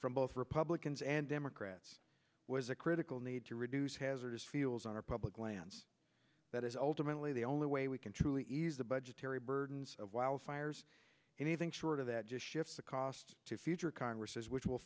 from both republicans and democrats was a critical need to reduce hazardous fuels on our public lands that is ultimately the only way we can truly ease the budgetary burdens of wildfires anything short of that just shifts the cost to future congresses which will